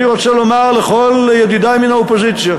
ואני רוצה לומר לכל ידידי מן האופוזיציה: